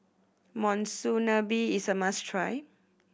monsunabe is a must try